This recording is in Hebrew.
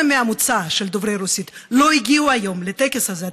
מהמוצא של דוברי רוסית לא הגיעו היום לטקס הזה,